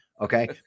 Okay